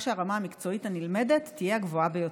שהרמה המקצועית הנלמדת תהיה הגבוהה ביותר.